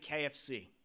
KFC